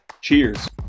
Cheers